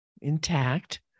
intact